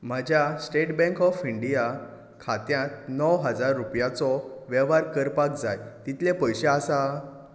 म्हज्या State Bank of India खात्यांत णव हजार रुपयांचो वेव्हार करपाक जाय इतले पयशे आसा